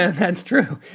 ah that's true.